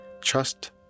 Trust